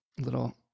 little